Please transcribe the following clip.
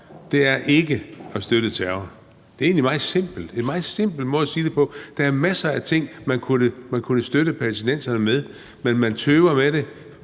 er ikke at støtte terror. Det er egentlig meget simpelt. Det er en meget simpel måde at sige det på. Der er masser af ting, man kunne støtte palæstinenserne med, men man tøver med det